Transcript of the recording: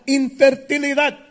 infertilidad